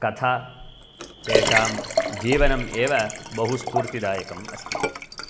कथा तेषां जीवनम् एव बहु स्फूर्तिदायकम् अस्ति